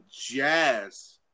Jazz